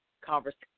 conversation